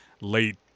late